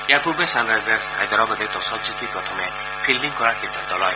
ইয়াৰ পূৰ্বে ছানৰাইজাৰ্ছ হায়দৰাবাদে টছ জিকি প্ৰথমে ফিল্ডিং কৰাৰ সিদ্ধান্ত লয়